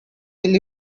will